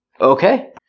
Okay